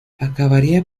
acabaría